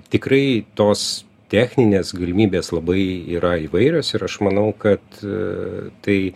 tikrai tos techninės galimybės labai yra įvairios ir aš manau kad tai